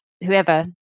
whoever